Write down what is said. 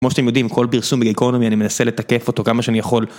כמו שאתם יודעים כל פרסום בגיקונומי אני מנסה לתקף אותו כמה שאני יכול.